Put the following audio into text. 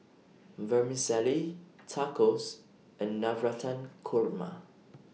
Vermicelli Tacos and Navratan Korma